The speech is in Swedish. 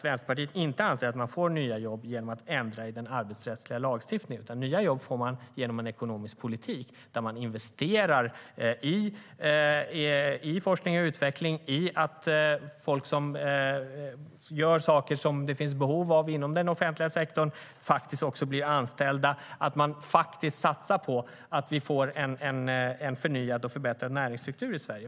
Vänsterpartiet anser inte att man får nya jobb genom att ändra i den arbetsrättsliga lagstiftningen utan att man får nya jobb genom en ekonomisk politik där man investerar i forskning och utveckling och i att folk som gör saker som det finns behov av inom den offentliga sektorn faktiskt också blir anställda och där man faktiskt satsar på att man får en förnyad och förbättrad näringsstruktur i Sverige.